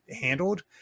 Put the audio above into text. handled